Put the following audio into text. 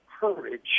courage